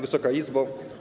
Wysoka Izbo!